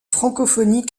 francophonie